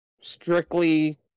strictly